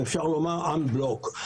אם אפשר לומר, אן-בלוק.